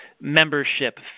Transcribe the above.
membership